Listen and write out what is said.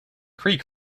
creek